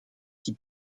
qui